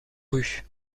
rues